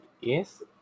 Yes